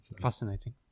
fascinating